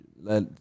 let